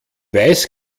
weiß